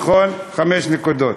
נכון, חמש נקודות.